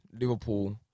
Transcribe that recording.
Liverpool